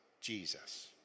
Jesus